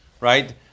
right